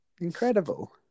Incredible